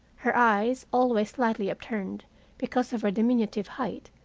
her eyes, always slightly upturned because of her diminutive height,